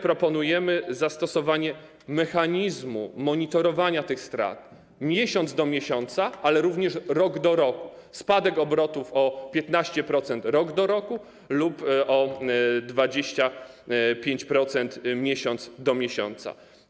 Proponujemy zastosowanie mechanizmu monitorowania tych strat: miesiąc do miesiąca, ale również rok do roku - spadek obrotów o 15% rok do roku lub o 25% miesiąc do miesiąca.